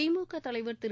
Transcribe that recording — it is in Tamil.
திமுக தலைவர் திரு